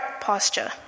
posture